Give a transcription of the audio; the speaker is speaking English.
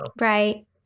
Right